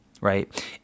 right